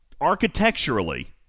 architecturally